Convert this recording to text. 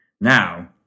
Now